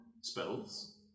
spells